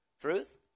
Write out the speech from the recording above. Truth